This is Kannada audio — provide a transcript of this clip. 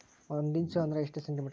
ಒಂದಿಂಚು ಅಂದ್ರ ಎಷ್ಟು ಸೆಂಟಿಮೇಟರ್?